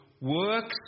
works